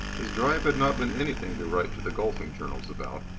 his drive had not been anything to write to the golfing journals about,